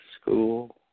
school